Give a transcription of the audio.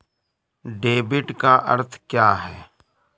Debit का अर्थ क्या है?